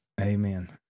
Amen